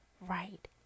right